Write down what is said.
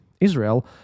Israel